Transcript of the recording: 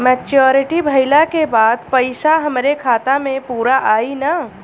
Maturity भईला के बाद पईसा हमरे खाता म पूरा आई न?